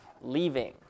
Leaving